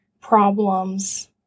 problems